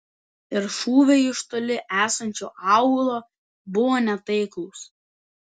ir šūviai iš toli esančio aūlo buvo netaiklūs